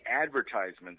advertisements